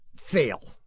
fail